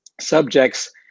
subjects